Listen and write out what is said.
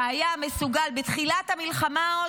שהיה מסוגל בתחילת המלחמה עוד,